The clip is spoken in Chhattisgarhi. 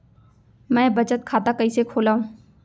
मै बचत खाता कईसे खोलव?